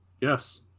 Yes